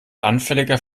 anfälliger